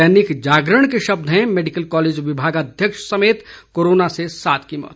दैनिक जागरण के शब्द हैं मेडिकल कॉलेज विभागाध्यक्ष समेत कोरोना से सात की मौत